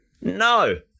No